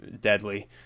deadly